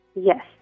Yes